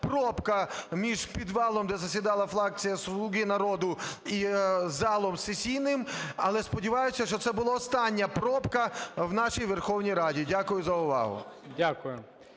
"пробка" між підвалом, де засідала фракція "Слуги народу", і залом сесійним. Але сподіваюся, що це була остання "пробка" в нашій Верховній Раді. Дякую за увагу.